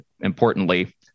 importantly